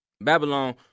Babylon